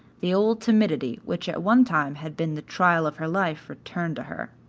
the old timidity which at one time had been the trial of her life returned to her.